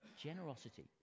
Generosity